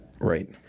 Right